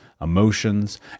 emotions